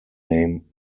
name